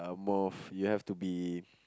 more you have to be